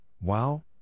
wow